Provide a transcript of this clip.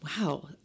wow